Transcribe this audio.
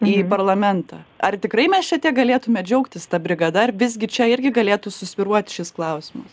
į parlamentą ar tikrai mes čia tiek galėtume džiaugtis ta brigada ar visgi čia irgi galėtų susvyruot šis klausimas